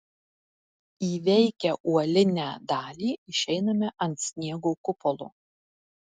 įveikę uolinę dalį išeiname ant sniego kupolo